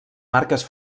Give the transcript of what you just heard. marques